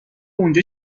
اونجا